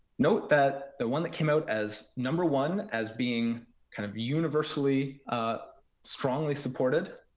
note that the one that came out as number one as being kind of universally ah strongly supported,